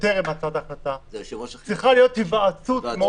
צריכה להיות היוועצות.